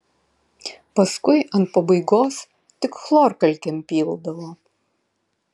paskui ant pabaigos tik chlorkalkėm pildavo